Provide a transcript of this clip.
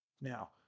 Now